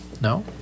No